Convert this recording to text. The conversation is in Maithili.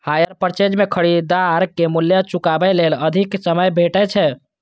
हायर पर्चेज मे खरीदार कें मूल्य चुकाबै लेल अधिक समय भेटै छै